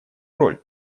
роль